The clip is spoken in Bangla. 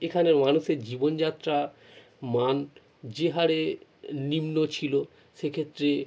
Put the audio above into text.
এখানে মানুষের জীবনযাত্রা মান যে হারে নিম্ন ছিলো সে ক্ষেত্রে